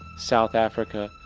south africa,